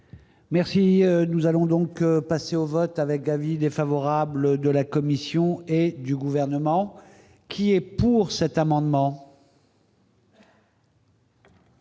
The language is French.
Merci, nous allons donc passer au vote, avec avis défavorable de la Commission et du gouvernement qui est pour cet amendement.